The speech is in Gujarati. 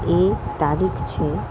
એ તારીખ છે